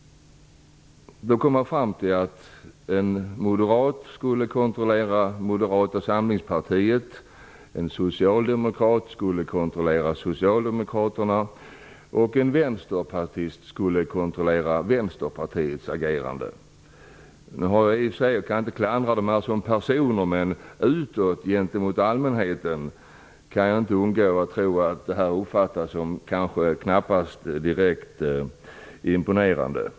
Då kom man fram till att en moderat skulle kontrollera Moderata samlingspartiet, en socialdemokrat skulle kontrollera Socialdemokraterna och en vänsterpartist skulle kontrollera Vänsterpartiets agerande. Jag kan i och för sig inte klandra dem som personer, men utåt gentemot allmänheten kan jag inte undgå att tro att detta knappast kan uppfattas som imponerande.